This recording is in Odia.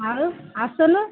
ଆଉ ଆସୁନୁ